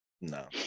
No